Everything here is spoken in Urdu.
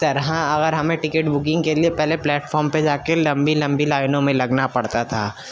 طرح اگر ہمیں ٹکٹ بکنگ کے لیے پہلے پلیٹ فام پہ جا کے لمبی لمبی لائنوں میں لگنا پڑتا تھا